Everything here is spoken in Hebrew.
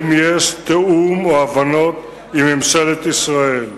האם יש תיאום או הבנות עם ממשלת ישראל.